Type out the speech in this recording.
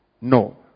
No